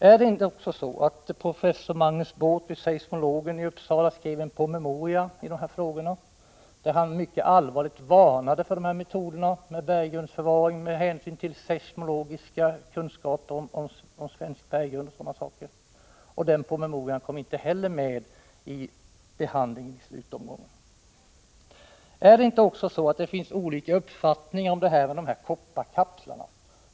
Är det inte så att professor Markus Båth vid seismologen i Uppsala skrev en promemoria i dessa frågor, där han med hänsyn till sina seismologiska kunskaper om svensk berggrund mycket allvarligt varnade för metoden med bergrundsförvaring? Den promemorian kom inte heller medi slutomgången. Är det inte också så att det finns olika uppfattningar om kopparkapslarna?